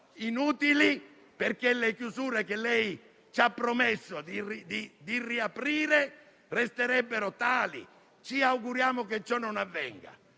inutili perché le chiusure che lei ha promesso di interrompere resterebbero tali. Ci auguriamo che ciò non avvenga,